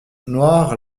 noire